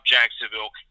Jacksonville